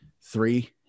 three